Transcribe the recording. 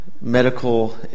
medical